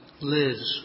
Liz